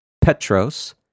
Petros